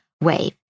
wave